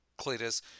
Cletus